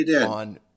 on